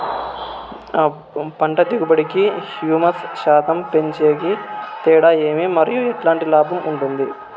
పంట దిగుబడి కి, హ్యూమస్ శాతం పెంచేకి తేడా ఏమి? మరియు ఎట్లాంటి లాభం ఉంటుంది?